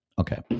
Okay